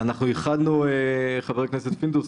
חבר הכנסת פינדרוס,